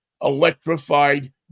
electrified